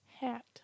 Hat